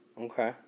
Okay